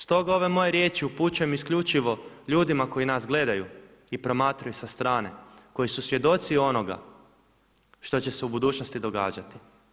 Stoga ove moje riječi upućujem isključivo ljudima koji nas gledaju i promatraju sa strane, koji su svjedoci onoga što će se u budućnosti događati.